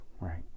Right